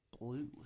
Blue